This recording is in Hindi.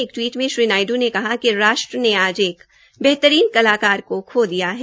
एक टवीट में श्री नायडू ने कहा कि राष्ट्र ने आज बेहतरीन कलाकार को खो दिया है